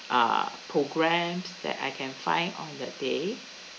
uh programmes that I can find on that day